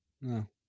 No